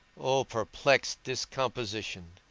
o perplexed discomposition,